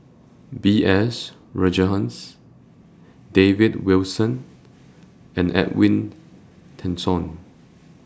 B S Rajhans David Wilson and Edwin Tessensohn